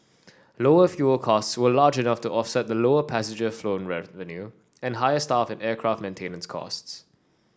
lower fuel costs were large enough to offset lower passenger flown revenue and higher staff and aircraft maintenance costs